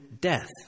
death